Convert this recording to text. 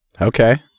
Okay